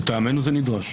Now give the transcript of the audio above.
לטעמנו זה נדרש.